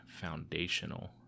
foundational